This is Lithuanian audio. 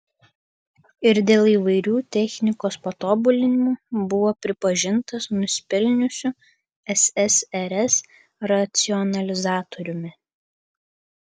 ir dėl įvairių technikos patobulinimų buvo pripažintas nusipelniusiu ssrs racionalizatoriumi